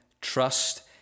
trust